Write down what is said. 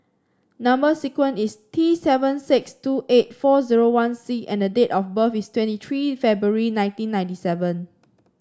number sequence is T seven six two eight four zero one C and the date of birth is twenty three February nineteen ninety seven